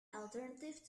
alternative